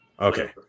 Okay